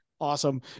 awesome